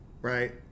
right